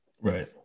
Right